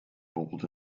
bold